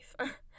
life